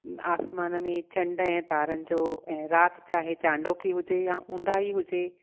आसमान में चंडु ऐं तारनि जो ऐं राति चाहे चांडोकी हुजे या ऊंदाही हुजे